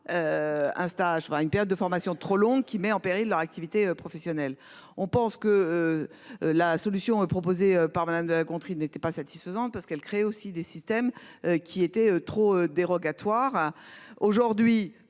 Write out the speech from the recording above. pendant une période de formation trop longue qui met en péril leur activité professionnelle. On pense que. La solution proposée par Madame de contre ils n'étaient pas satisfaisantes parce qu'elle crée aussi des systèmes qui était trop dérogatoire